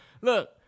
Look